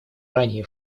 ранее